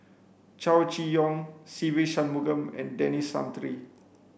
Chow Chee Yong Se Ve Shanmugam and Denis Santry